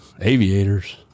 aviators